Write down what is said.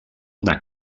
una